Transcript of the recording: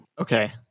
Okay